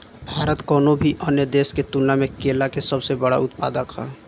भारत कउनों भी अन्य देश के तुलना में केला के सबसे बड़ उत्पादक ह